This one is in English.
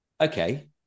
okay